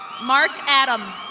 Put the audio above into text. mark adam.